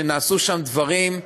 שנעשו שם דברים,